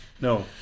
no